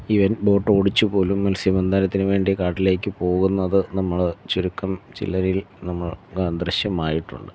even ബോട്ടോടിച്ച് പോലും മത്സ്യബന്ധനത്തിന് വേണ്ടി കടലിലേക്ക് പോകുന്നത് നമ്മൾ ചുരുക്കം ചിലരിൽ നമ്മൾ ദൃശ്യമായിട്ടുണ്ട്